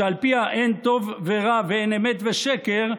שעל פיה אין טוב ורע ואין אמת ושקר,